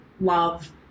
love